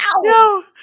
No